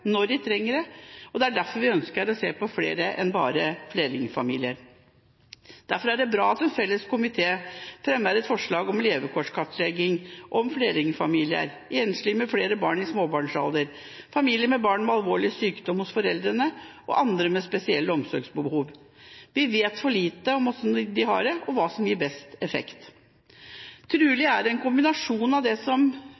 når de trenger det, og det er derfor vi ønsker å se på flere enn bare flerlingfamilier. Derfor er det bra at en samlet komité fremmer et forslag om en levekårskartlegging av flerlingfamilier, enslige med flere barn i småbarnsalder, familier med alvorlig sykdom hos foreldrene og andre med spesielle omsorgsbehov. Vi vet for lite om hvordan disse har det, og hva som gir mest effekt.